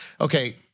okay